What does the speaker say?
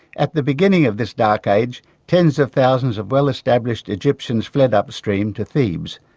at the beginning of this dark age tens of thousands of well established egyptians fled upstream to thebes,